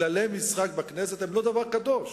כללי משחק בכנסת הם לא דבר קדוש,